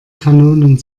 kanonen